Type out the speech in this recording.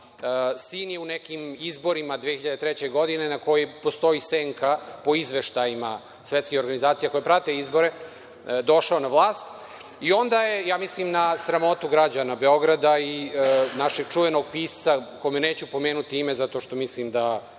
Sin je u nekim izborima 2003. godine na koji postoji senka po izveštajima Svetske organizacije koja prate izbore, došao na vlast i onda je, ja mislim na sramotu građana Beograda i našeg čuvenog pisca kome neću pomenuti ime zato što mislim da